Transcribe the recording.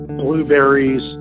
blueberries